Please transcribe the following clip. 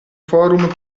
forum